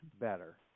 better